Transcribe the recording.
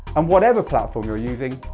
and whatever platform you're using,